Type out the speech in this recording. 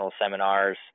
seminars